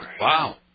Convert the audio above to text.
Wow